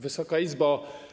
Wysoka Izbo!